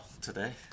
today